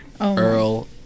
earl